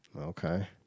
Okay